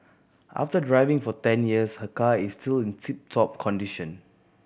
after driving for ten years her car is still in tip top condition